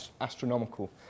astronomical